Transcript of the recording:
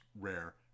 rare